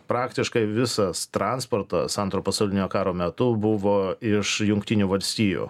praktiškai visas transportas antro pasaulinio karo metu buvo iš jungtinių valstijų